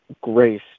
grace